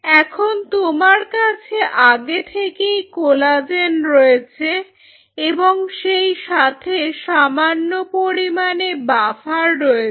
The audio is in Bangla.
এখন তোমার কাছে আগে থেকেই কোলাজেন রয়েছে এবং সেই সাথে সামান্য পরিমাণে বাফার রয়েছে